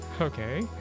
Okay